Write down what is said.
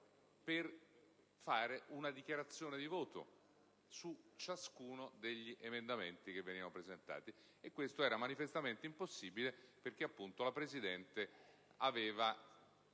per fare una dichiarazione di voto su ciascuno degli emendamenti che venivano presentati, e questo era manifestamente impossibile perché, appunto, la Presidente aveva